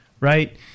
Right